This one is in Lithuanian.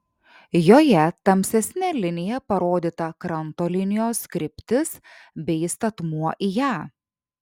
joje tamsesne linija parodyta kranto linijos kryptis bei statmuo į ją